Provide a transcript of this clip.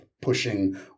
pushing